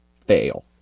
fail